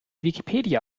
wikipedia